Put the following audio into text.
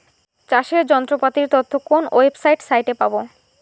চাষের যন্ত্রপাতির তথ্য কোন ওয়েবসাইট সাইটে পাব?